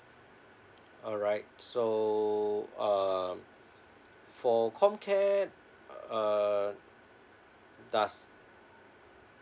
alright so uh for comcare uh does